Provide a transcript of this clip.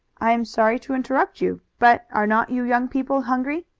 i am sorry to interrupt you, but are not you young people hungry?